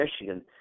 Michigan